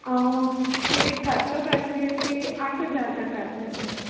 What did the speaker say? ਜੇ ਵੀ ਘੱਟ ਤੋਂ ਘੱਟ ਵੀ ਅਸੀਂ ਅੱਠ ਹਜਾਰ ਤੱਕ ਕਰ ਸਕਦੇ ਆਂ